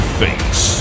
face